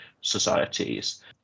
societies